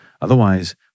Otherwise